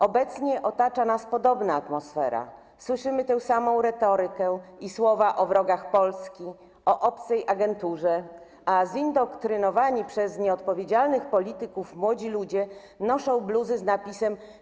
Obecnie otacza nas podobna atmosfera, słyszymy tę samą retorykę i słowa o wrogach Polski, o obcej agenturze, a zindoktrynowani przez nieodpowiedzialnych polityków młodzi ludzie noszą bluzy z napisem: